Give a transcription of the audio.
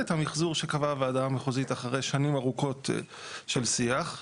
את המיחזור שקבעה הוועדה המחוזית אחרי שנים ארוכות של שיח,